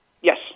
Yes